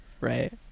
Right